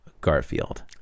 garfield